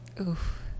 Oof